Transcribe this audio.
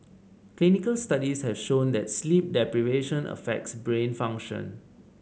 clinical studies have shown that sleep deprivation affects brain function